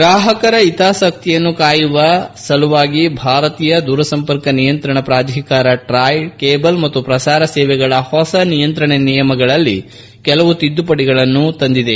ಗ್ರಾಹಕರ ಹಿತಾಸಕ್ತಿಯನ್ನು ಕಾಯುವ ಸಲುವಾಗಿ ಭಾರತೀಯ ದೂರಸಂಪರ್ಕ ನಿಯಂತ್ರಣ ಪ್ರಾಧಿಕಾರ ಟ್ರಾಯ್ ಕೇಬಲ್ ಮತ್ತು ಪ್ರಸಾರ ಸೇವೆಗಳ ಹೊಸ ನಿಯಂತ್ರಣ ನಿಯಮಗಳಲ್ಲಿ ಕೆಲವು ತಿದ್ದುಪಡಿಗಳನ್ನು ಮಾಡಿದೆ